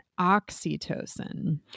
oxytocin